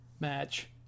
match